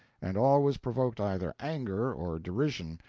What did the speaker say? and always provoked either anger or derision,